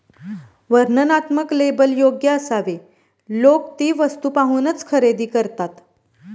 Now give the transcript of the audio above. वर्णनात्मक लेबल योग्य असावे लोक ती वस्तू पाहूनच खरेदी करतात